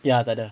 ya tak ada